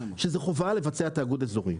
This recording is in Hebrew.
כשזה חובה לבצע תיאגוד אזורי,